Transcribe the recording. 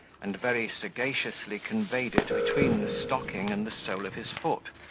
and very sagaciously conveyed it between the stocking and the sole of his foot,